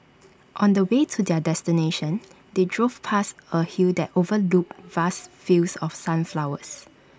on the way to their destination they drove past A hill that overlooked vast fields of sunflowers